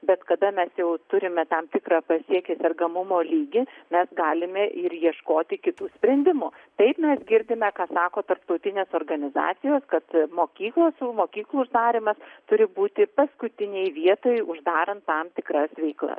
bet kada mes jau turime tam tikrą pasiekę sergamumo lygis mes galime ir ieškoti kitų sprendimų taip mes girdime ką sako tarptautinės organizacijos kad mokyklos mokyklų uždarymas turi būti paskutinėj vietoj uždarant tam tikras veiklas